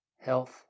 health